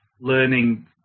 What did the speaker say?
learning